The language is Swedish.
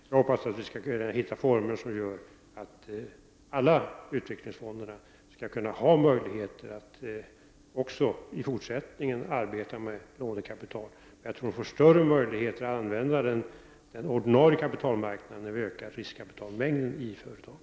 Jag hoppas att vi skall kunna hitta former som gör att alla utvecklingsfonder får möjligheter att också i fortsättningen arbeta med lånekapital. Jag tror att de får större möjligheter att använda den ordinarie kapitalmarknaden när vi ökar riskkapitalmängden i företagen.